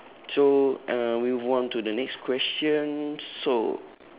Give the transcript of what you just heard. so uh we move on to the next question so